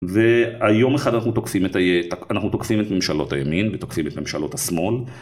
והיום אחד אנחנו תוקפים את ממשלות הימין ותוקפים את ממשלות השמאל.